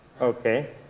Okay